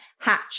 hatch